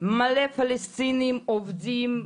מלא פלסטינים עומדים,